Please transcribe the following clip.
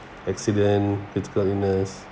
accident critical illness